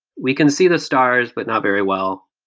we can see the stars, but not very well.